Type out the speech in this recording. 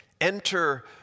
Enter